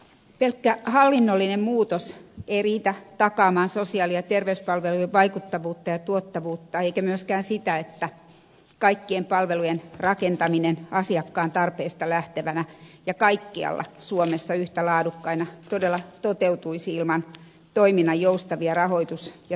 pelkkä hallinnollinen muutos ei riitä takaamaan sosiaali ja terveyspalvelujen vaikuttavuutta ja tuottavuutta eikä myöskään sitä että kaikkien palvelujen rakentaminen asiakkaan tarpeista lähtevänä ja kaikkialla suomessa yhtä laadukkaana todella toteutuisi ilman toiminnan joustavia rahoitus ja toteutusjärjestelmiä